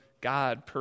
God